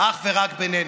אך ורק בינינו.